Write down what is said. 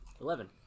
Eleven